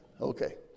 Okay